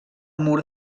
mur